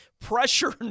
pressure